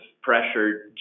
pressure